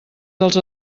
dels